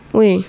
Oui